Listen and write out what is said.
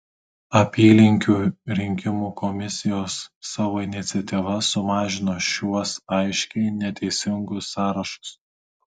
apylinkių rinkimų komisijos savo iniciatyva sumažino šiuos aiškiai neteisingus sąrašus